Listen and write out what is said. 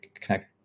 connect